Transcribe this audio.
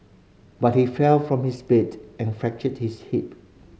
but he fell from his bed and fractured his hip